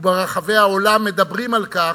וברחבי העולם מדברים על כך,